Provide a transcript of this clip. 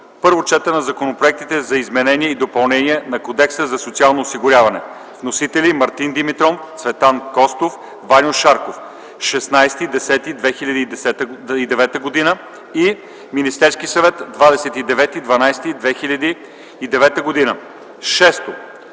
Първо четене на законопроекти за изменение и допълнение на Кодекса за социално осигуряване. Вносители: Мартин Димитров, Цветан Костов и Ваньо Шарков, 16.10.2009 г.; Министерски съвет, 29.12.2009 г. 6.